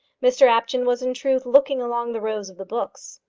mr apjohn was in truth looking along the rows of the books.